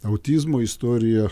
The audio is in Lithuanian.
autizmo istorija